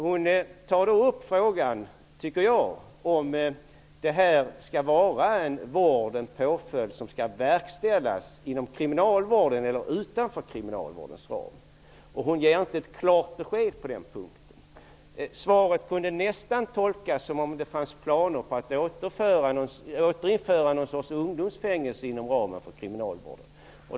Hon tog upp frågan om detta skall vara en vård och påföljd som skall verkställas inom kriminalvårdens ram eller utanför den, men hon gav inget klart besked på den punkten. Svaret kunde nästan tolkas som om det fanns planer på att återinföra något slags ungdomsfängelser inom ramen för kriminalvården.